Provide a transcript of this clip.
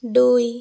দুই